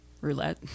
roulette